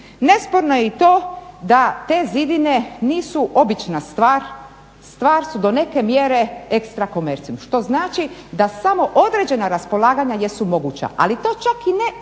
Nesporno je i to da te zidine nisu obična stvar, stvar su do neke mjere exstra commercium što znači da samo određena raspolaganja jesu moguća. Ali to čak i ne kako sam